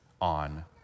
on